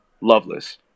loveless